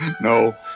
No